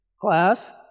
Class